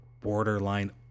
borderline